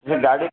ସେ ଗାଡ଼ି